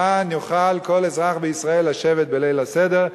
למען יוכל כל אזרח בישראל לשבת בליל הסדר.